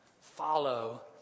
follow